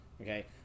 Okay